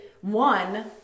one